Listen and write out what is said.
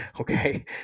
okay